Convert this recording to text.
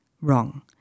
Wrong